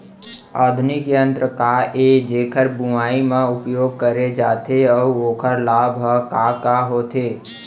आधुनिक यंत्र का ए जेकर बुवाई म उपयोग करे जाथे अऊ ओखर लाभ ह का का होथे?